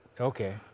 Okay